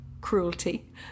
cruelty